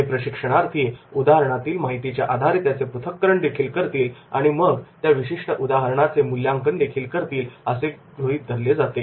हे प्रशिक्षणार्थी उदाहरणातील माहितीच्या आधारे त्याचे पृथक्करण देखील करतील आणि मग त्या विशिष्ट उदाहरणाचे मुल्यांकन देखील करतील असे गृहीत धरले जाते